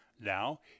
Now